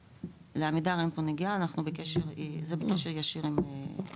לעמידר אין פה נגיעה, זה בקשר ישיר עם הרשות.